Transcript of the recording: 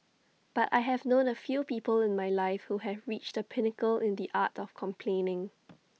but I have known A few people in my life who have reached the pinnacle in the art of complaining